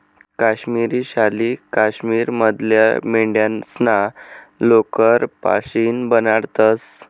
काश्मिरी शाली काश्मीर मधल्या मेंढ्यास्ना लोकर पाशीन बनाडतंस